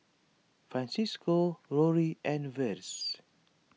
Francisco Rory and Versie